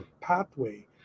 pathway